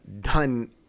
done